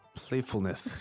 playfulness